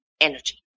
energy